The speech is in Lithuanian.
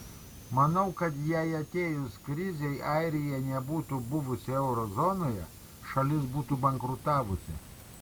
manau kad jei atėjus krizei airija nebūtų buvus euro zonoje šalis būtų bankrutavusi